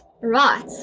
right